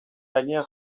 gainean